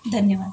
धन्यवाद